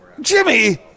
Jimmy